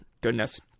goodness